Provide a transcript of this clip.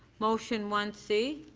motion one c.